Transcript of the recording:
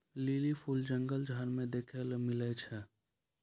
lily फूल जंगल झाड़ मे देखै ले मिलै छै